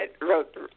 wrote